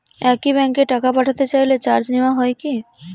একই ব্যাংকে টাকা পাঠাতে চাইলে চার্জ নেওয়া হয় কি?